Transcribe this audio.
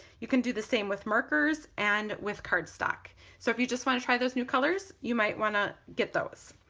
you can do the same with markers and with cardstock so if you just want to try those colors you might want to get those.